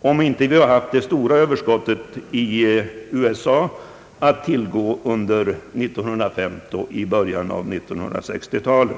om man inte haft de stora överskottslagren i USA att tillgå under 1950-talet och början av 1960-talet.